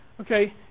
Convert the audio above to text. Okay